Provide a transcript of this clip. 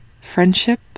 friendship